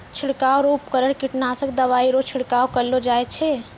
छिड़काव रो उपकरण कीटनासक दवाइ रो छिड़काव करलो जाय छै